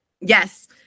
Yes